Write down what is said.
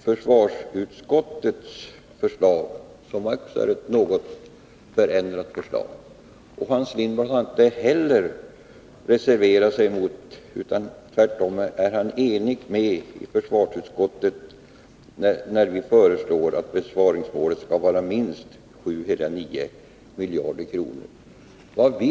försvarsutskottets förslag, som var ett något förändrat förslag. Och Hans Lindblad har inte heller reserverat sig utan är tvärtom ense med försvarsutskottet när vi föreslår att besparingsmålet skall vara minst 7,9 miljarder kronor perioden 1982-92.